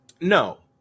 No